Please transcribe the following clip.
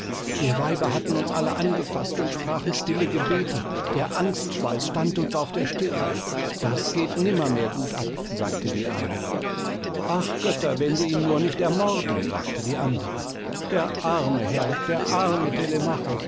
wir weiber hatten uns alle angefaßt und sprachen stille gebete der angstschweiß stand uns auf der stirn das geht nimmermehr gut ab sagte die eine ach götter wenn sie ihn nur nicht ermorden sagte die andere der arme herr der arme